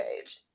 page